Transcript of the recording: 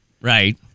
right